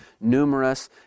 numerous